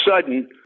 sudden